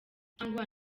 cyangwa